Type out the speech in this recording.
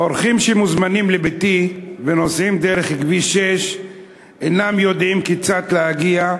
אורחים שמוזמנים לביתי ונוסעים דרך כביש 6 אינם יודעים כיצד להגיע,